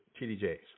TDJs